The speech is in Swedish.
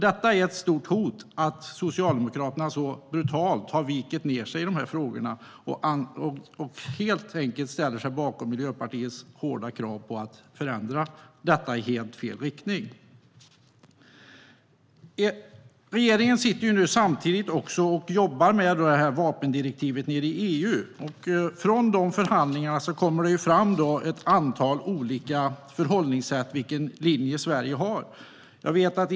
Det innebär ett stort hot att Socialdemokraterna så brutalt har vikit ned sig i de här frågorna och helt enkelt ställer sig bakom Miljöpartiets hårda krav på att förändra detta i helt fel riktning. Regeringen sitter samtidigt och jobbar med vapendirektivet i EU. Från dessa förhandlingar kommer det fram ett antal olika förhållningssätt när det gäller vilken linje Sverige har.